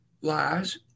lies